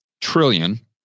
trillion